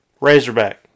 Razorback